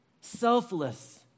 selfless